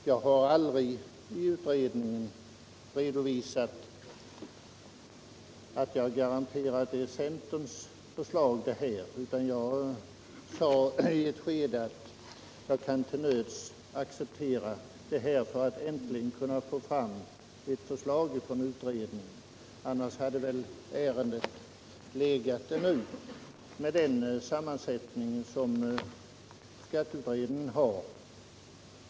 Jag har aldrig i utredningen garanterat att det gällde centerns förslag. Jag sade i ett skede att vi kan till nöds acceptera detta för att man äntligen skall kunna få fram ett förslag från utredningen. Annars hade väl ärendet legat ännu, med den sammansättning som skatteutredningen har.